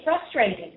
frustrated